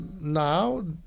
now